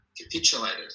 capitulated